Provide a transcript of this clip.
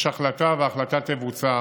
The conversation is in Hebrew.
יש החלטה, וההחלטה תבוצע